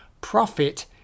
profit